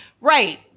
Right